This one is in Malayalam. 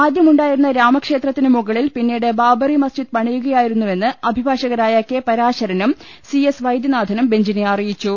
ആദ്യമുണ്ടായിരുന്ന രാമക്ഷേത്രത്തിന് മുകളിൽ പിന്നീട് ബാബറി മസ്ജിദ് പണിയുകയായിരുന്നുവെന്ന് അഭിഭാഷ കരായ കെ പരാശരനും സി എസ് വൈദ്യനാഥനും ബെഞ്ചിനെ അറിയിച്ചു